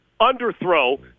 Underthrow